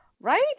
Right